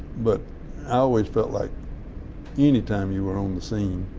but i always felt like any time you were on the scene,